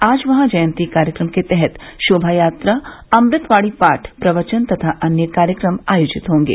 आज वहां जयंती कार्यक्रम के तहत शोभा यात्रा अमृतवाणी पाठ प्रवचन तथा अन्य कार्यक्रम आयोजित होंगे